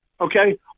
okay